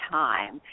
time